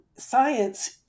Science